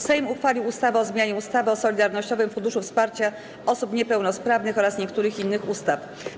Sejm uchwalił ustawę o zmianie ustawy o Solidarnościowym Funduszu Wsparcia Osób Niepełnosprawnych oraz niektórych innych ustaw.